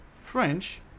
French